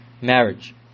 marriage